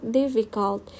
difficult